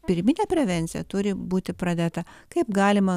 pirminė prevencija turi būti pradėta kaip galima